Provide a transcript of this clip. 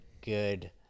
good